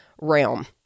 realm